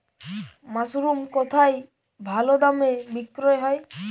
Mushroom কেথায় ভালোদামে বিক্রয় হয়?